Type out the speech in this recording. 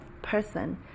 person